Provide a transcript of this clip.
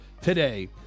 today